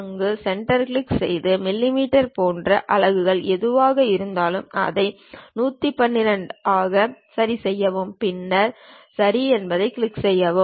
அங்கு சென்று கிளிக் செய்து மில்லிமீட்டர் போன்ற அலகுகள் எதுவாக இருந்தாலும் அதை 112 ஆக சரிசெய்யவும் பின்னர் சரி என்பதைக் கிளிக் செய்யவும்